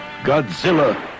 Godzilla